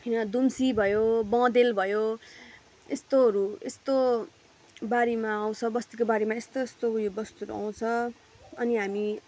वा दुम्सी भयो बँदेल भयो यस्तोहरू यस्तो बारीमा आउँछ बस्तीको बारीमा यस्तो यस्तो उयो वस्तुहरू आउँछ अनि हामी